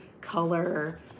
color